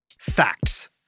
Facts